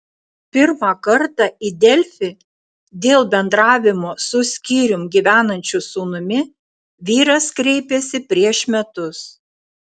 pirmą kartą į delfi dėl bendravimo su skyrium gyvenančiu sūnumi vyras kreipėsi prieš metus